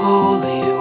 Holy